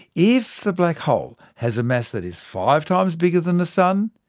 if the black hole has a mass that is five times bigger than the sun,